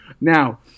Now